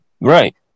right